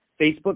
Facebook